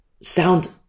sound